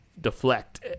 deflect